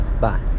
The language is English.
bye